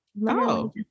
No